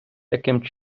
таким